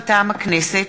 מטעם הכנסת: